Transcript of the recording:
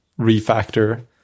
refactor